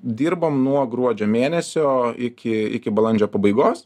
dirbom nuo gruodžio mėnesio iki iki balandžio pabaigos